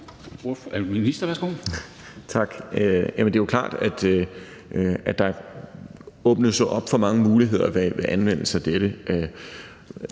Tak. Det er jo klart, at der åbnes op for mange muligheder ved anvendelse af dette.